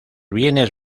bienes